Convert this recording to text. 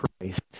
Christ